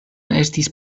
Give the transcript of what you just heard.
estis